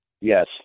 Yes